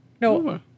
No